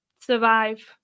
survive